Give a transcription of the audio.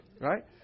Right